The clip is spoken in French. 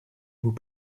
vous